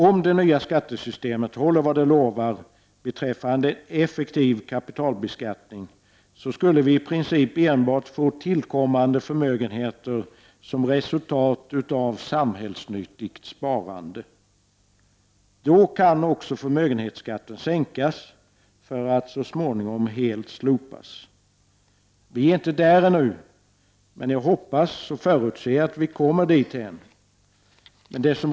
Om det nya skattesystemet håller vad det lovar beträffande effektiv kapitalbeskattning skulle förmögenheter i princip uppkomma enbart som resultat av samhällsnyttigt sparande. Då kan också förmögenhetsskatten sänkas för att så småningom helt slopas. Vi är inte där ännu, men jag hoppas och förutser att vi kommer dithän.